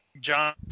John